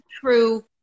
true